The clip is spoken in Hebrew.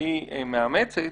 שהיא מאמצת,